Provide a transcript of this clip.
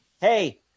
hey